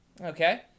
Okay